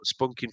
spunking